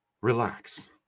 Relax